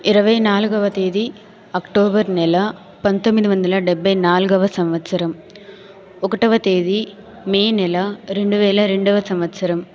ఇరవై నాల్గవ తేదీ అక్టోబర్ నెల పంతొమ్మిది వందల డెబ్బై నాల్గవ సంవత్సరం ఒకటవ తేదీ మే నెల రెండు వేల రెండోవ సంవత్సరం